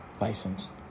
license